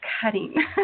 cutting